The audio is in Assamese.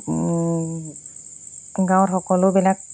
গাঁৱত সকলোবিলাক